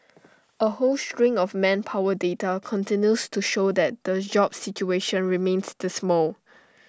A whole string of manpower data continues to show that the jobs situation remains dismal